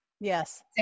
Yes